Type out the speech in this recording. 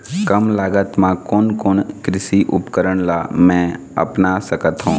कम लागत मा कोन कोन कृषि उपकरण ला मैं अपना सकथो?